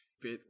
fit